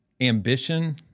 ambition